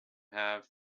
have